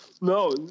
No